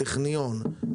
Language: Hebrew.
טכניון,